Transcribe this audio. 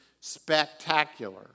spectacular